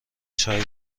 چایی